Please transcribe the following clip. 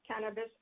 cannabis